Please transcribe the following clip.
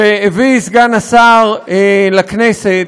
שהביא סגן השר לכנסת,